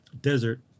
desert